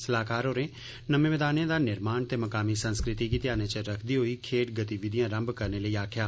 सलाह्कार होरें नमें मैदानें दा निर्माण ते मकामी संस्कृति गी ध्यानै च रखदे होई खेड्ड गतिविधियां रंभ करने लेई आक्खेआ